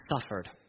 suffered